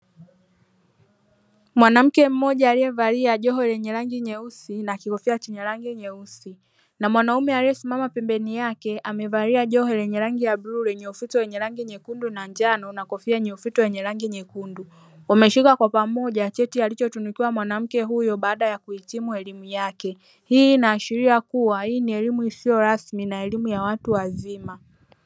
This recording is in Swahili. Mwanamke mmoja aliyevalia joho lenye rangi nyeusi na kikofia chenye rangi nyeusi na mwanaume aliyesimama pembeni yake amevalia joho lenye rangi ya bluu lenye ufuto wenye rangi nyekundu na njano na kofia yenye ufuto wenye rangi nyekundu, wameshuka kwa pamoja cheti alichotunukiwa mwanamke huyo baada ya kuhitimu elimu yake, hii inaashiria kuwa hii ni elimu isiyo rasmi na elimu ya watu wazima.